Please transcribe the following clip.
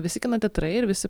visi kino teatrai ir visi